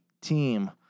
Team